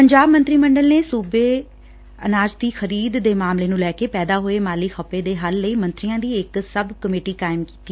ਪੰਜਾਬ ਮੰਤਰੀ ਮੰਡਲ ਨੇ ਸੁਬੇ ਅਨਾਜ ਦੀ ਖਰੀਦ ਦੇ ਮਾਮਲੇ ਨੂੰ ਲੈ ਕੇ ਪੈਦਾ ਹੋਏ ਮਾਲੀ ਖੱਪੇ ਦੇ ਹੱਲ ਲਈ ਮੰਤਰੀਆਂ ਦੀ ਇਕ ਸਬ ਕਮੇਟੀ ਕਾਇਮ ਕੀਤੀ